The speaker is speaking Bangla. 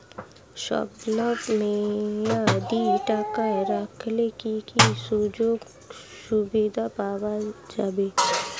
স্বল্পমেয়াদী টাকা রাখলে কি কি সুযোগ সুবিধা পাওয়া যাবে?